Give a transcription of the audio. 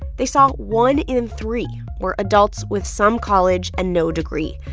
they saw one in three were adults with some college and no degree.